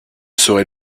serait